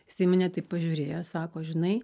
jisai į mane taip pažiūrėjo sako žinai